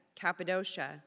Cappadocia